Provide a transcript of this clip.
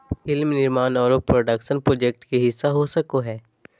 film निर्माण आरो production project के हिस्सा हो सको हय